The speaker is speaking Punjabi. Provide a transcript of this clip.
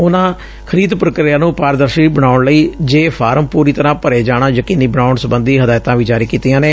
ਉਨੂਾ ਖਰੀਦ ਪ੍ਰੀਕ੍ਆ ਨੂੰ ਪਾਰਦਰਸੀ ਬਣਾਉਣ ਲਈ ਜੇ ਫਾਰਮ ਪੂਰੀ ਤਰੂਾਂ ਭਰੇ ਜਾਣਾ ਯਕੀਨੀ ਬਣਾਉਣ ਸਬੰਧੀ ਹਦਾਇਤਾਂ ਵੀ ਜਾਰੀ ਕੀਤੀਆਂ ਨੇ